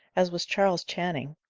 as was charles channing,